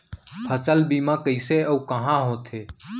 फसल बीमा कइसे अऊ कहाँ होथे?